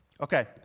Okay